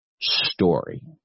story